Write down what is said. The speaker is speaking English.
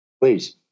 please